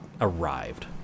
arrived